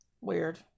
Weird